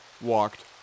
walked